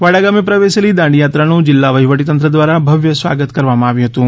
વાડા ગામે પ્રવેશેલી દાંડીયાત્રાનું જિલ્લા વહીવટીતંત્ર દ્વારા ભવ્ય સ્વાગત કરવામાં આવ્યું હતું